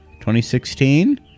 2016